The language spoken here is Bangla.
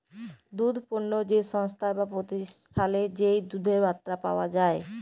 দুধ পণ্য যে সংস্থায় বা প্রতিষ্ঠালে যেই দুধের মাত্রা পাওয়া যাই